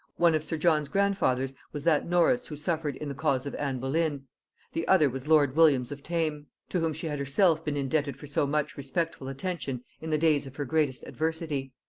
one of sir john's grandfathers was that norris who suffered in the cause of anne boleyn the other was lord williams of tame, to whom she had herself been indebted for so much respectful attention in the days of her greatest adversity.